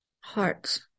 hearts